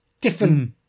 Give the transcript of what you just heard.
different